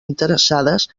interessades